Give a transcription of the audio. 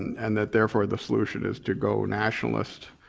and that therefore the solution is to go nationalist.